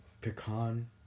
pecan